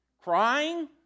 crying